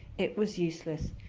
it was useless.